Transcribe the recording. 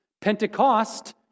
Pentecost